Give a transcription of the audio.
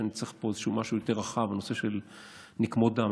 שאני צריך פה משהו יותר רחב בנושא של נקמות דם.